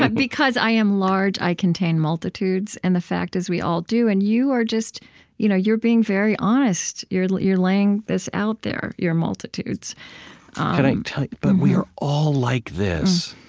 but because i am large, i contain multitudes. and the fact is we all do. and you are just you know you're being very honest. you're you're laying this out there, your multitudes can i tell you but we are all like this.